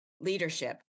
leadership